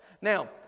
Now